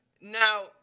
Now